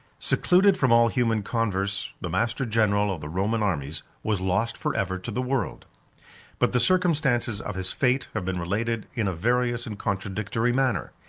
secluded from all human converse, the master-general of the roman armies was lost forever to the world but the circumstances of his fate have been related in a various and contradictory manner.